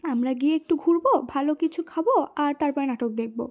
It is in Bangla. আমরা গিয়ে একটু ঘুরব ভালো কিছু খাব আর তার পরে নাটক দেখব